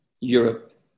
Europe